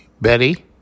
Betty